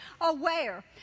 aware